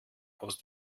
aus